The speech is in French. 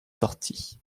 sortit